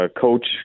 coach